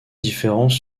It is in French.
différents